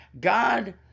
God